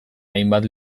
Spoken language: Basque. hainbat